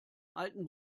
alten